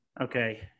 Okay